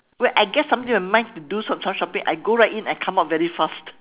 wait I guess something in my mind to do some shopping I go right in I come out very fast